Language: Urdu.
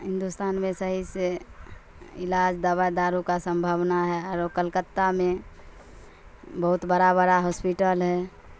ہندوستان میں صحیح سے علاج دوا دارو کا سمبھاونا ہے اور کلکتہ میں بہت بڑا بڑا ہاسپیٹل ہے